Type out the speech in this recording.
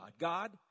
God